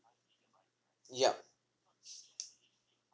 ya